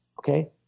okay